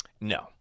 No